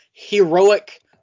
heroic